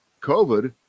COVID